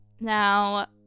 Now